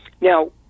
now